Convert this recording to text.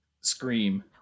Scream